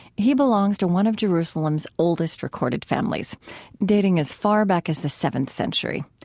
he belongs to one of jerusalem's oldest recorded families dating as far back as the seventh century.